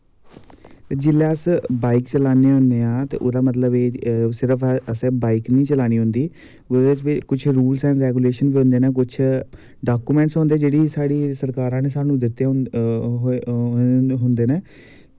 जेल्लै अस बाईक चलाने होन्ने आं ते ओह्दा मतलब सिर्फ एह् निं कि असें बाईक निं चलानी होंदी एह्दे च बी किश रूल्स रेगुलेशन होंदे न बिच किश डॉक्यूमेंट होंदे न जेह्ड़े स्हानू साढ़ी सरकार नै ओह् होंदे न